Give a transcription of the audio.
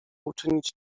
uczynić